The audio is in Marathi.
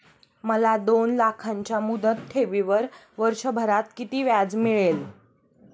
मला दोन लाखांच्या मुदत ठेवीवर वर्षभरात किती व्याज मिळेल?